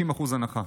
90% הנחה.